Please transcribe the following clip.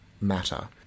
matter